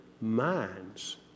minds